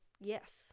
yes